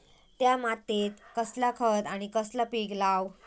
त्या मात्येत कसला खत आणि कसला पीक लाव?